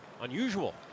Unusual